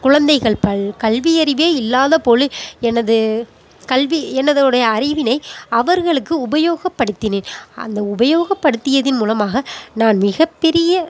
குழந்தைகள் கல்வி அறிவே இல்லாத எனது கல்வி எனதுடைய அறிவினை அவர்களுக்கு உபயோகப்படுத்தினேன் அந்த உபயோகப்படுத்தியதன் மூலமாக நான் மிக பெரிய